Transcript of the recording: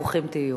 ברוכים תהיו.